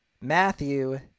Matthew